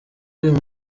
uyu